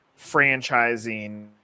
franchising